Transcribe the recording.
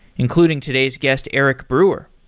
including today's guest, eric brewer.